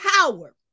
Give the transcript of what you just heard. power